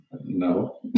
No